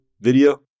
video